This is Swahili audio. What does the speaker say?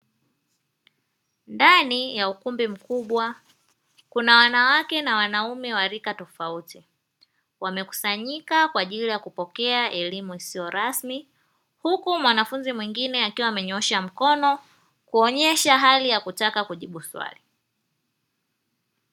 Ndani ya ukumbi mkubwa kuna wanawake na wanaume wa rika tofauti wamekusanyika kwa ajili ya kupokea elimu isiyo rasmi, huku mwanafunzi mwingine akiwa amenyoosha mkono kuonyesha hali ya kutaka kujibu swali.